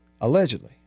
allegedly